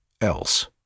else